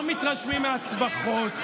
לא מתרשמים מהצווחות.